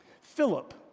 Philip